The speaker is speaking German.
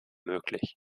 möglich